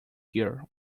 here